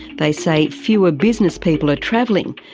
they say fewer business people are travelling,